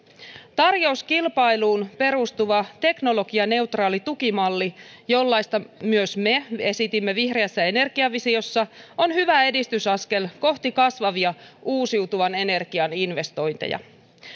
tarjouskilpailuun perustuva teknologianeutraali tukimalli jollaista me myös esitimme vihreässä energiavisiossa on hyvä edistysaskel kohti kasvavia uusiutuvan energian investointeja